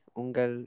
ungal